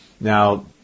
Now